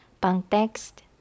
Pang-text